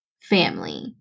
family